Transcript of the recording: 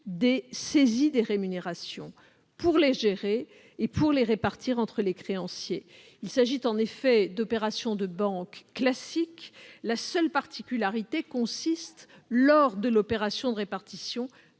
des saisies des rémunérations, pour les gérer et les répartir entre les créanciers. Il s'agit d'opérations de banque classiques, la seule particularité consistant, lors de l'opération de répartition,